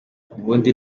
ubundi